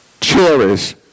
cherish